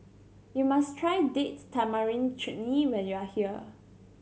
you must try Date Tamarind Chutney when you are here